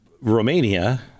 Romania